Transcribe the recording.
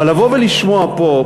אבל לבוא ולשמוע פה,